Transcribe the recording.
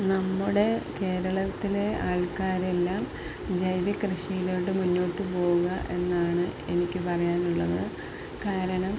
നമ്മുടെ കേരളത്തിലെ ആൾക്കാരെല്ലാം ജൈവ കൃഷിയിലേക്ക് മുന്നോട്ട് പോകുകയെന്നാണ് എനിക്ക് പറയാനുള്ളത് കാരണം